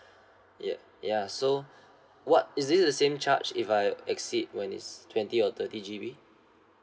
ya ya so what is this the same charge if I exceed when it's twenty or thirty G_B